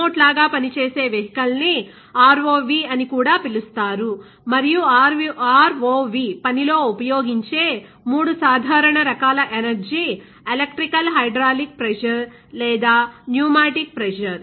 remote లాగా పనిచేసే vehicle ని ROV అని కూడా పిలుస్తారు మరియు ROV పనిలో ఉపయోగించే 3 సాధారణ రకాల ఎనర్జీ ఎలక్ట్రికల్ హైడ్రాలిక్ ప్రెజర్ లేదా న్యూమాటిక్ ప్రెజర్